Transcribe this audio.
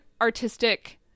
artistic